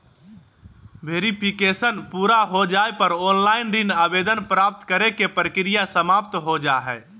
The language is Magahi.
वेरिफिकेशन पूरा हो जाय पर ऑनलाइन ऋण आवेदन प्राप्त करे के प्रक्रिया समाप्त हो जा हय